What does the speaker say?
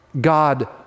God